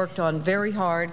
worked on very hard